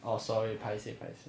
orh sorry paiseh paiseh